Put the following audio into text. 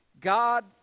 God